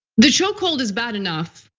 the chokehold is bad enough,